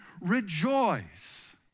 rejoice